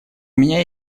меня